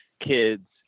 kids